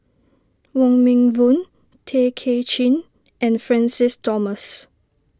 Wong Meng Voon Tay Kay Chin and Francis Thomas